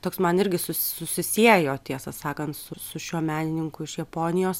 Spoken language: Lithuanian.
toks man irgi susi susisiejo tiesą sakant su su šiuo menininku iš japonijos